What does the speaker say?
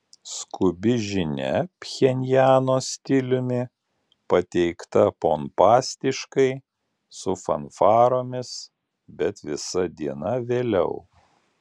skubi žinia pchenjano stiliumi pateikta pompastiškai su fanfaromis bet visa diena vėliau